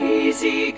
easy